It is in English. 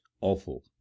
awful